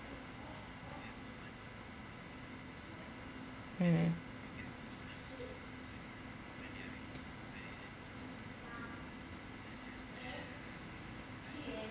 mm